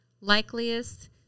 likeliest